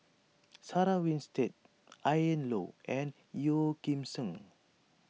Sarah Winstedt Ian Loy and Yeo Kim Seng